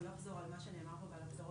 אני לא אחזור על מה שנאמר כאן ועל הרצון